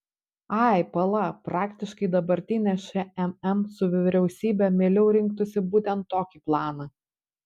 ai pala praktiškai dabartinė šmm su vyriausybe mieliau rinktųsi būtent tokį planą